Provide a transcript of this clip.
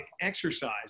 exercise